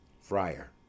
Friar